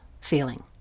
feeling